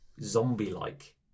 zombie-like